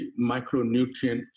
micronutrient